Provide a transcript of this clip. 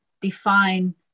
define